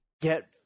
get